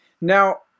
now